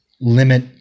limit